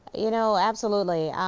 you know, absolutely.